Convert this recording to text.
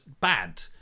bad